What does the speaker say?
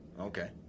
Okay